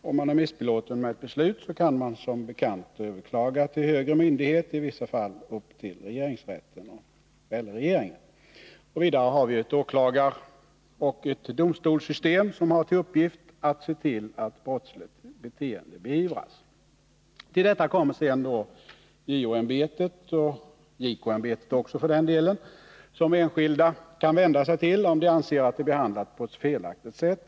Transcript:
Om man är missbelåten med ett beslut, kan man som bekant överklaga till högre myndighet, i vissa fall upp till regeringsrätten eller regeringen. Vidare har vi ett åklagaroch ett domstolssystem som har till uppgift att se till att brottsligt beteende beivras. Till detta kommer sedan JO-ämbetet — och JK-ämbetet också för den delen — som enskilda kan vända sig till, om de anser att de behandlats på ett felaktigt sätt.